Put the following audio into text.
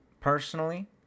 Personally